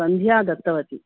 सन्ध्या दत्तवती